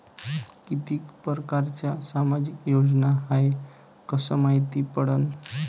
कितीक परकारच्या सामाजिक योजना हाय कस मायती पडन?